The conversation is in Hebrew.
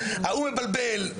ההוא מבלבל.